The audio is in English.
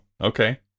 okay